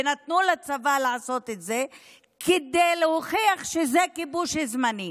ונתנו לצבא לעשות את זה כדי להוכיח שזה כיבוש זמני.